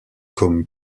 comme